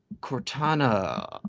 Cortana